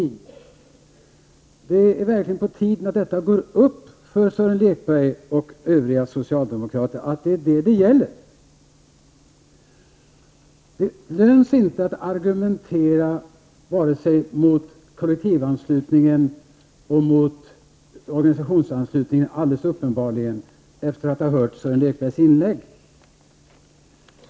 Det är verkligen på tiden att det går upp för Sören Lekberg och övriga socialdemokrater att det är detta saken gäller. Efter att ha hört Sören Lekbergs anförande inser jag att det inte lönar sig att med honom argumentera mot kollektivanslutningen.